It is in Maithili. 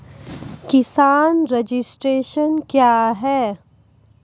किसान रजिस्ट्रेशन क्या हैं?